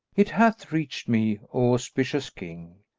it hath reached me, o auspicious king,